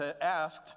asked